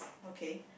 okay